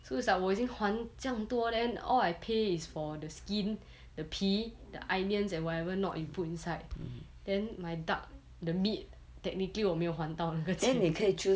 so it's like 我已经还这样多 then all I pay is for the skin the 皮 the onions and whatever not you put inside then my duck the meat technically 我没有还到那个钱